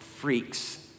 freaks